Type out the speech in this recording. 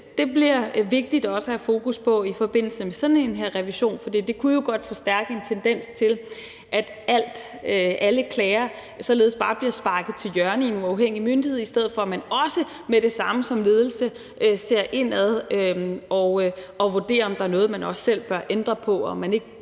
Det bliver vigtigt også at have fokus på i forbindelse med sådan en revision her, for det kunne jo godt forstærke en tendens til, at alle klager således bare bliver sparket til hjørne i en uafhængig myndighed, i stedet for at man også med det samme som ledelse ser indad og vurderer, om der er noget, man også selv bør ændre på, og at man ikke